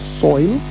soil